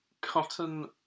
Cotton